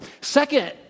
Second